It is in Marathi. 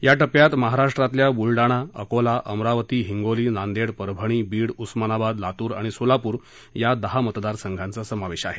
या टप्प्यात महाराष्ट्रातल्या बुलडाणा अकोला अमरावती हिंगोली नांदेड परभणी बीड उस्मानाबाद लातूर आणि सोलापूर या दहा मतदार संघांचा समावेश आहे